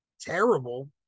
terrible